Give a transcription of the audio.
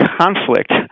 conflict